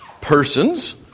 persons